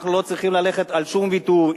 אנחנו לא צריכים ללכת על שום ויתור.